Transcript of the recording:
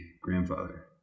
grandfather